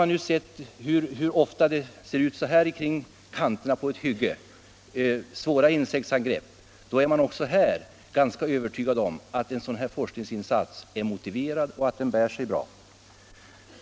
Den som har sett hur det ofta ser ut vid kanterna av ett hygge med ofta svåra insektsangrepp är nog övertygad om att en sådan här forskningsinstans är motiverad och bär sig bra.